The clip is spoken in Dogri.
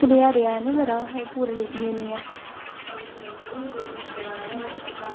कनेहा रेहा मेरा ऐनी ओह् में पूरा लिखनी होनी आं